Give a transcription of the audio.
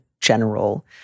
general